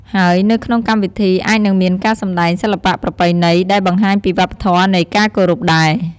ហើយនៅក្នុងកម្មវិធីអាចនឹងមានការសម្តែងសិល្បៈប្រពៃណី ដែលបង្ហាញពីវប្បធម៌នៃការគោរពដែរ។